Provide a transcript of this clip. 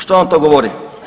Što vam to govori?